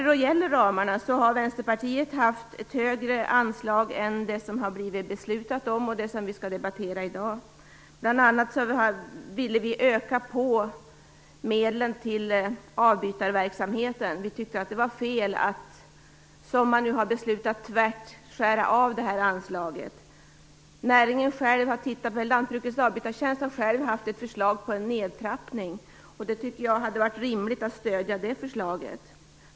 Vänsterpartiet har föreslagit ett högre ramanslag än det som har beslutats om och som vi skall debattera i dag. Vi ville bl.a. öka medlen till avbytarverksamheten. Vi tyckte att det var fel att som man nu har beslutat tvärt skära av det anslaget. Lantbrukets avbytartjänst har gett förslag till en nedtrappning, och det hade varit rimligt att stödja det förslaget.